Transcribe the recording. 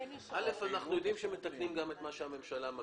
אנחנו יודעים שמתקנים גם את מה שהממשלה מגדירה.